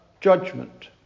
judgment